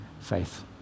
faith